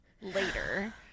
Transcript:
later